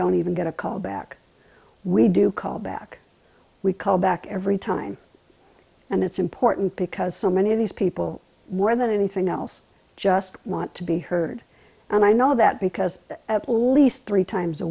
don't even get a call back we do call back we call back every time and it's important because so many of these people where than anything else just want to be heard and i know that because all these three times a